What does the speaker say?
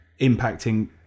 impacting